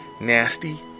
nasty